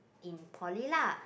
in poly lah